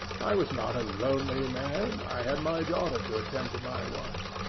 i was not a lonely man i had my daughter to attend to my wants.